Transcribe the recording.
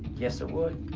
yes, it would.